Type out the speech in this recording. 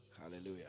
Hallelujah